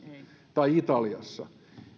tai italiassa